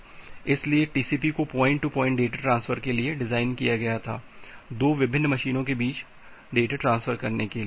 इसलिए टीसीपी को point to point data transfer के लिए डिज़ाइन किया गया था दो विभिन्न मशीनों के बीच डाटा ट्रांसफर करने के लिए